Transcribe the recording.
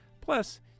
Plus